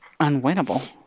unwinnable